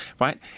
right